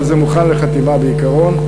אבל זה מוכן לחתימה בעיקרון.